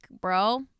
bro